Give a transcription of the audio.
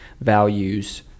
values